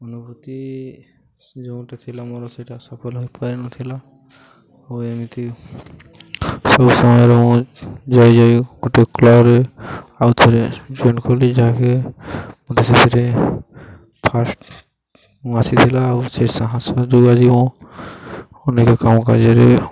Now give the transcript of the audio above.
ଅନୁଭୂତି ଯେଉଁଟି ଥିଲା ମୋର ସେଇଟା ସଫଳ ହୋଇପାରିନଥିଲା ଓ ଏମିତି ସବୁ ସମୟରେ ମୁଁ ଯାଇ ଯାଇ ଗୋଟେ କ୍ଲବ୍ରେ ଆଉଥରେ ଜଏନ୍ କଲି ଯାହାକି ମୋତେ ସେଥିରେ ଫାଷ୍ଟ ମୁଁ ଆସିଥିଲା ଆଉ ସେ ସାହସ ଯୋଗୁଁ ଆଜି ମୁଁ ଅନେକ କାମ କାର୍ଯ୍ୟରେ